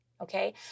Okay